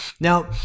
Now